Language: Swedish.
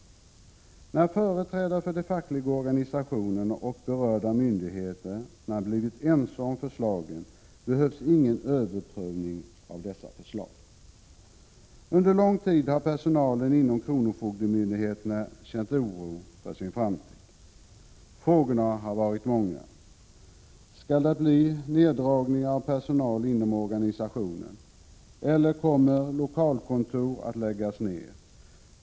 När företrädarna för de fackliga organisationerna och berörda myndigheter blivit ense om förslagen behövs ingen överprövning av dessa förslag. Under lång tid har personalen inom kronofogdemyndigheterna känt oro för sin framtid. Frågorna har varit många. Skall det bli neddragningar av personal inom organisationen, eller kommer lokalkontor att läggas ner?